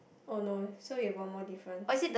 oh no so you have one more difference